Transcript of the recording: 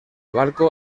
barco